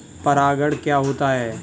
परागण क्या होता है?